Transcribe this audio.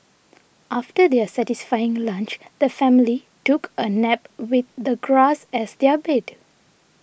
after their satisfying lunch the family took a nap with the grass as their bed